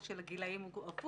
והן מפני שהוא עלה בדיונים